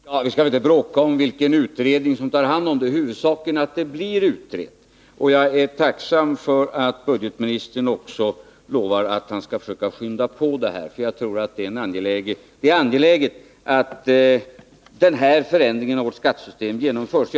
Fru talman! Vi skall väl inte bråka om vilken utredning som skall ta hand om frågan. Huvudsaken är att den blir utredd. Jag är tacksam för att budgetministern också lovar att han skall försöka skynda på utredningsarbetet. Det är angeläget att denna förändring i vårt skattesystem genomförs.